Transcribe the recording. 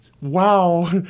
Wow